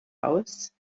aus